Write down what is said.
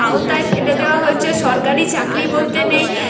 আওতায় ফেলে দেওয়া হয়েছে সরকারি চাকরি বলতে নেই